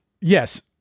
yes